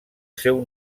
seu